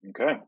okay